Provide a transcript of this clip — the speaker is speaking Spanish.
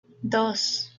dos